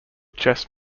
chess